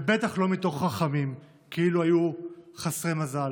ובטח לא מתוך רחמים, כאילו היו חסרי מזל.